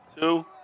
two